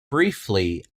briefly